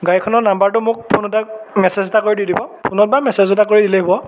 গাড়ীখনৰ নাম্বাৰটো মোক ফোন এটা মেছেজ এটা কৰি দি দিব ফোনত বা মেছেজ এটা কৰি দিলেই হ'ব